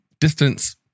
distance